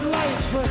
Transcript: life